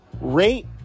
Rate